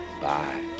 Bye